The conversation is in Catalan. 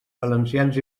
valencians